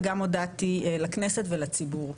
וגם הודעתי לכנסת ולציבור.